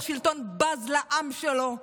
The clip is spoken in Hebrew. איך שלטון בז לעם שלו,